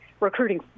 recruiting